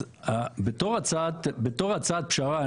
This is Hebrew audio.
אז בתור הצעת פשרה,